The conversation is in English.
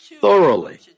Thoroughly